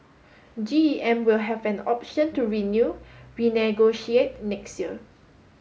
G E M will have an option to renew renegotiate next year